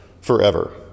forever